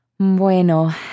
Bueno